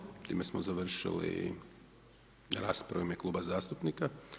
Time smo završili raspravu u ime kluba zastupnika.